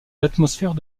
l’atmosphère